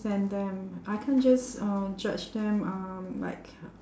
~tand them I can't just uh judge them um like